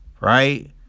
Right